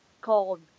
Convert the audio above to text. called